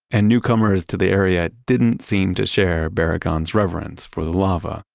and newcomers to the area didn't seem to share barragan's reverence for the lava.